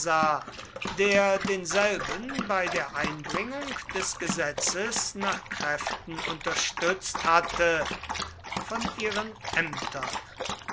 der denselben bei der einbringung des gesetzes nach kräften unterstützt hatte von ihren ämtern